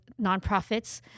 nonprofits